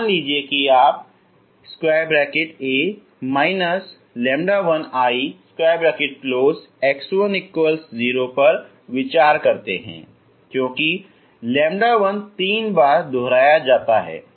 मान लीजिए कि यदि आप A 1IX10 पर विचार करते हैं क्योंकि λ1 तीन बार दोहराया जाता है